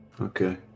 okay